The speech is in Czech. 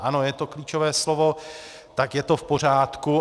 Ano, je to klíčové slovo, tak je to v pořádku.